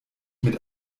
mit